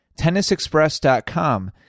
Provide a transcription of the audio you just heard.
Tennisexpress.com